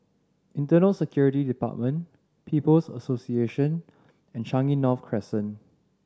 Internal Security Department People's Association and Changi North Crescent